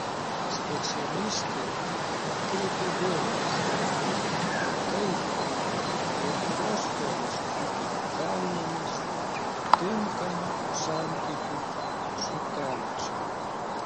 specialistė atkreipia dėmesį į tai jog fosforas būtų gaunamas tinkamu santykiu su kalciu